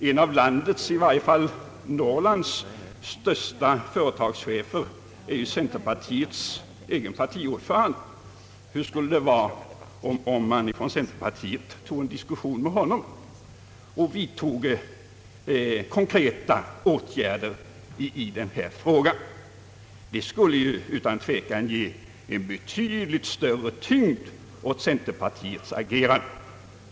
En av landets, i varje fall Norrlands, största företagschefer är centerpartiets egen partiordförande. Hur skulle det vara om man från centerpartiet tog en diskussion med honom och vidtog konkreta åtgärder i denna fråga? Det skulle utan tvekan ge en betydligt större tyngd åt centerpartiets agerande.